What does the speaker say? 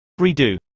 Redo